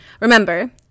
remember